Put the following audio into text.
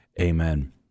Amen